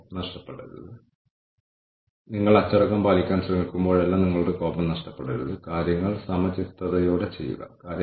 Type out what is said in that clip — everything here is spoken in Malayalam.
കൂടാതെ അത് നമ്മളെ ഒരു ആശയം നേടാൻ സഹായിക്കും നമ്മൾ കാര്യങ്ങൾ ബെഞ്ച്മാർക്ക് ചെയ്യേണ്ടതുണ്ട്